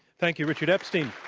thank you richard epstein.